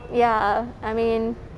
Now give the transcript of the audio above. ya I mean